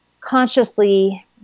consciously